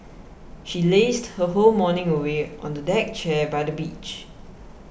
she lazed her whole morning away on a deck chair by the beach